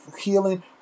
healing